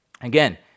Again